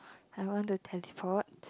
I want to teleport